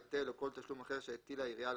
היטל או כל תשלום אחר שהטילה עירייה על